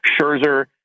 Scherzer